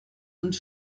und